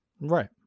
Right